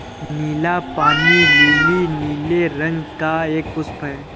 नीला पानी लीली नीले रंग का एक पुष्प है